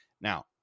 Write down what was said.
Now